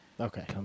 Okay